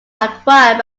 acquired